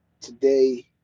today